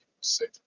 safe